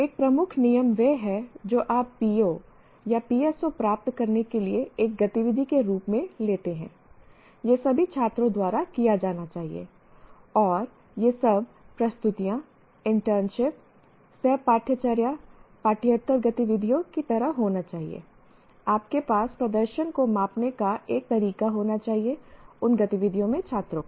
एक प्रमुख नियम वह है जो आप PO या PSO प्राप्त करने के लिए एक गतिविधि के रूप में लेते हैं यह सभी छात्रों द्वारा किया जाना चाहिए और यह सब प्रस्तुतियाँ इंटर्नशिप सह पाठ्यचर्या पाठ्येतर गतिविधियों की तरह होना चाहिए आपके पास प्रदर्शन को मापने का एक तरीका होना चाहिए उन गतिविधियों में छात्रों को